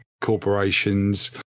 corporations